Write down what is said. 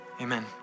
amen